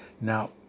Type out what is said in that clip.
Now